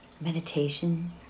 meditation